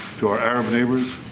to our arab neighbors,